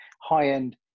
high-end